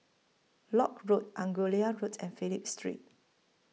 Lock Road Angullia Root and Phillip Street